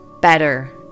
better